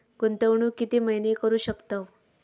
गुंतवणूक किती महिने करू शकतव?